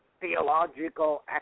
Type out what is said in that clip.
theological